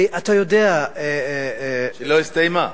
שלא הסתיימה.